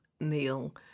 Neil